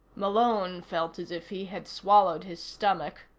malone felt as if he had swallowed his stomach.